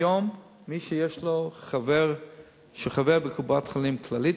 היום מי שחבר בקופת-חולים "כללית",